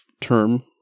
term